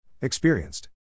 Experienced